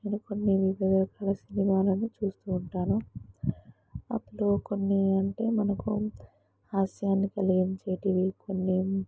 నేను కొన్ని వివిధ రకాల సినిమాలను చూస్తూ ఉంటాను అప్పుడు కొన్ని అంటే మనకు హాస్యాన్ని కలిగించేటివి కొన్ని